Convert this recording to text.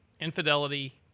Infidelity